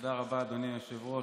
תודה רבה, אדוני היושב-ראש.